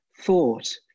thought